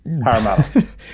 Paramount